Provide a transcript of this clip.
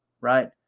right